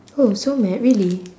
oh so mad really